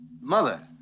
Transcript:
mother